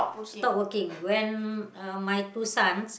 stop working when uh my two sons